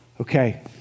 Okay